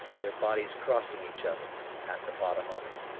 their bodies crossing each other, at the bottom of it.